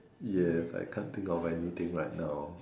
yes I can't think of anything right now